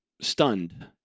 stunned